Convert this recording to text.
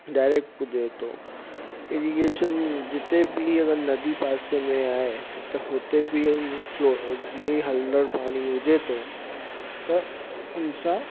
direct पुॼे थो irrigation जिते बि अगरि नदी पासे में आहे त हुते बि ई फ्लो जीअं हलदड़ पाणी हुजे थो त उन सां